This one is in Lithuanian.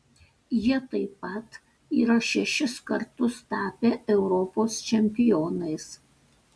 jie taip pat yra šešis kartus tapę europos čempionais